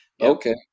Okay